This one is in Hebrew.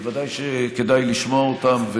בוודאי שכדאי לשמוע אותם,